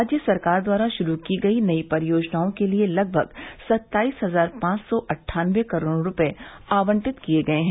राज्य सरकार द्वारा शुरू की गई नई परियोजनाओं के लिए लगभग सत्ताईस हजार पांच सौ अट्ठानबे करोड़ रूपये आवंटित किए गए हैं